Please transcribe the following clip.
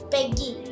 Peggy